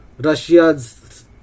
Russia's